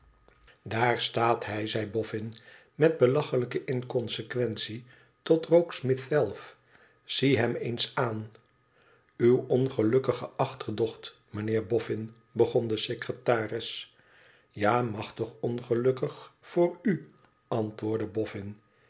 daar staat hij zei bofhn met belachelijke inconsequentie tot rokesmith zelf zie hem eens aan uw ongelukkige achterdocht mijnheer bofün begon de secretaris ja machtig ongelukkig voor u antwoordde